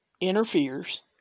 interferes